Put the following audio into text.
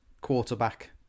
quarterback